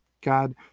God